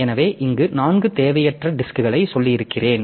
எனவே இங்கே 4 தேவையற்ற டிஸ்க்களை சொல்லியிருக்கிறேன்